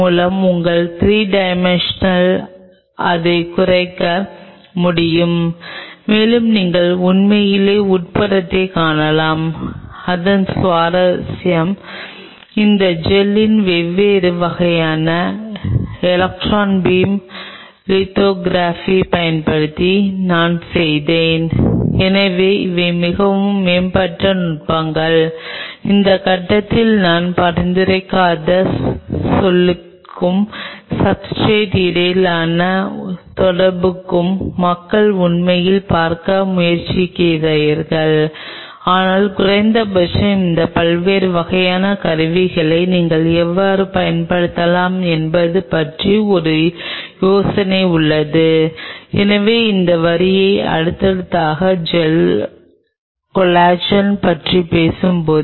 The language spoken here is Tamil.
உலகின் பல்வேறு பகுதிகளிலும் இந்த முடிவுகளில் சிலவற்றை மீண்டும் செய்ய முயற்சிக்கும்போது மக்கள் எதிர்கொள்ளும் பிரச்சினைகள் இருப்பதால் நான் அதை முன்னிலைப்படுத்துகிறேன் பின்னர் நான் அதை என்ன சொல்ல வேண்டும் என்று அவர்கள் உணர்கிறார்கள் இது மக்கள் மிகவும் கூர்மையான ஒத்திசைவற்ற முடிவுகளாகும் இப்போது நாம் பாலி டி லைசின் மற்றும் கொலாஜன் ஒரு பாலி டி லைசின் மற்றும் அங்கு இருக்கும் செல்கள் மற்றும் 2 நிலைகள் இடையே நிகழக்கூடிய தொடர்பு பற்றி பேசினோம்